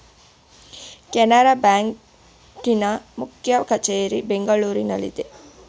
Canara bank ನ ಮುಖ್ಯ ಕಚೇರಿ ಬೆಂಗಳೂರಿನಲ್ಲಿದೆ